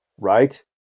Right